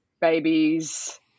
babies